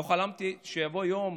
לא חלמתי שיבוא יום